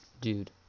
Dude